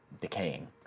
decaying